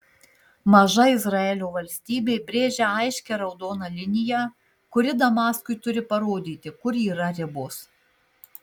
maža izraelio valstybė brėžia aiškią raudoną liniją kuri damaskui turi parodyti kur yra ribos